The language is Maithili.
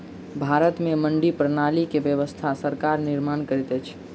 भारत में मंडी प्रणाली के व्यवस्था सरकार निर्माण करैत अछि